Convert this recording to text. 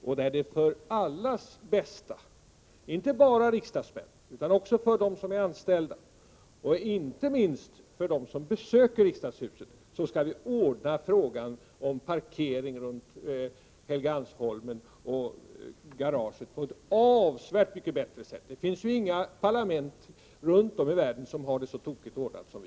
Det är för allas bästa, inte bara riksdagsmäns utan även de anställdas, och inte minst med tanke på dem som besöker riksdagshuset, som vi skall lösa parkeringsoch garagefrågan på ett avsevärt mycket bättre sätt. Det finns förmodligen inget parlament runt om i världen som har det så tokigt ordnat som vi.